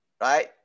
right